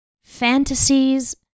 fantasies